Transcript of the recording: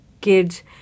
kids